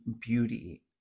beauty